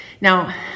Now